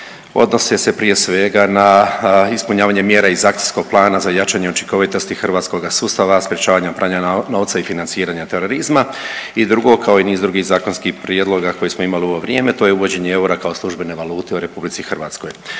odnose se prije svega na ispunjavanje mjera iz Akcijskog plana za jačanje učinkovitosti hrvatskoga sustava sprječavanja pranja novca i financiranja terorizma i drugo kao i niz drugih zakonskih prijedloga koje smo imali u ovo vrijeme to je uvođenje eura kao službene valute u RH.